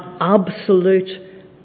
absolute